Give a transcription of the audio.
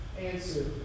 answer